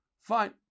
Fine